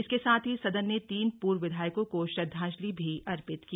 इसके साथ ही सदन ने तीन पूर्व विधायकों को श्रद्वांजलि भी अर्पित की